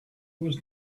was